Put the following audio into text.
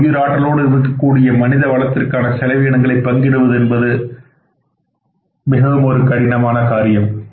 இந்த உயிர் ஆற்றலோடு இருக்க இருக்கக்கூடிய மனித வளத்திற்கான செலவீனங்களை பங்கிடுவது என்பது மிகவும் கடினமான ஒரு காரியம்